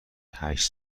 هشت